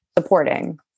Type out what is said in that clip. supporting